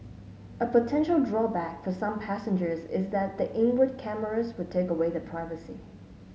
a potential drawback for some passengers is that the inward cameras would take away their privacy